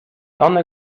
one